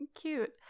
cute